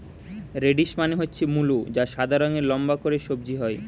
radish মানে হচ্ছে মূলো যা সাদা রঙের লম্বা করে সবজি হয়